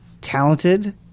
talented